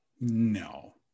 no